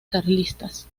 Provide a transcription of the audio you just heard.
carlistas